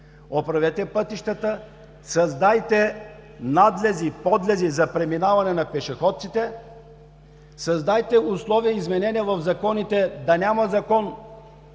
Оправете пътищата, създайте надлези, подлези за преминаване на пешеходците, създайте условия и изменения в законите – да няма знак,